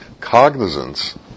cognizance